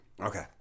Okay